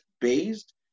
based